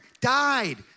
died